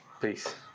Peace